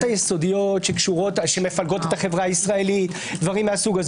היסודיות שמפלגות את החברה הישראלית וכו'.